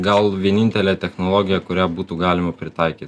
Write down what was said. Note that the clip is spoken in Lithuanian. gal vienintelę technologiją kurią būtų galima pritaikyt